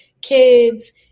kids